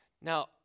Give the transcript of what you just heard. Now